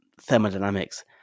thermodynamics